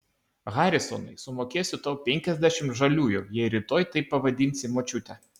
harisonai sumokėsiu tau penkiasdešimt žaliųjų jei rytoj taip pavadinsi močiutę